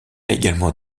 également